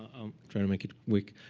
try to make it quick.